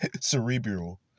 Cerebral